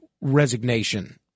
resignation